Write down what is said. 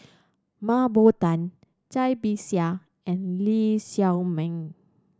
Mah Bow Tan Cai Bixia and Lee Shao Meng